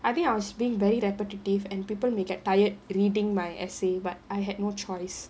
I think I was being very repetitive and people may get tired reading my essay but I had no choice